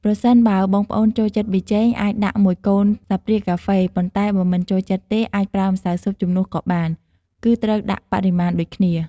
ប្រសិនបើបងប្អូនចូលចិត្តប៊ីចេង អាចដាក់១កូនស្លាបព្រាកាហ្វេ ប៉ុន្តែបើមិនចូលចិត្តទេ អាចប្រើម្សៅស៊ុបជំនួសក៏បាន គឺត្រូវដាក់បរិមាណដូចគ្នា។